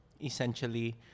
essentially